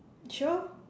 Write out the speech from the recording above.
sure